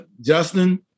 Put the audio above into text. Justin